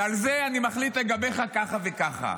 ועל זה אני מחליט לגביך ככה וככה.